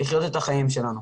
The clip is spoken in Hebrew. לחיות את החיים שלנו.